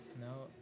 No